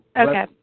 okay